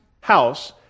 house